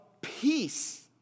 peace